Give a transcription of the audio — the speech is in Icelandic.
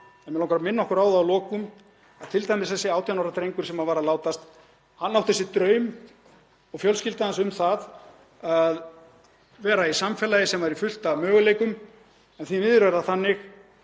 En mig langar að minna okkur á það að lokum að t.d. þessi 18 ára drengur sem var að látast átti sér draum og fjölskylda hans um að vera í samfélagi sem væri fullt af möguleikum en því miður er það þannig